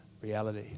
reality